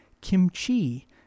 kimchi